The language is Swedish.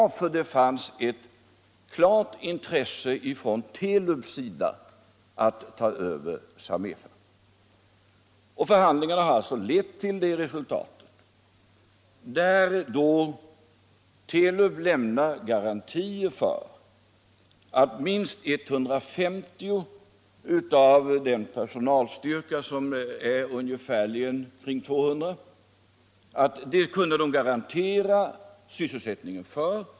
Telub hade alltså ett klart intresse av att ta över Samefa. Förhandlingarna har också lett till det resultatet. Telub garanterar sysselsättningen för minst 150 av de omkring 200 personerna i Samefas personalstyrka.